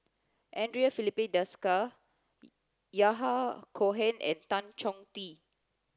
Andre Filipe Desker Yahya Cohen and Tan Chong Tee